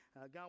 God